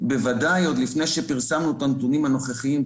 בוודאי עוד לפני שפרסמנו את הנתונים הנוכחיים,